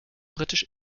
britisch